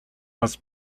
was